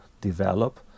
develop